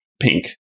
pink